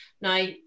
Now